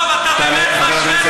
יעלה חבר הכנסת,